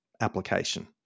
application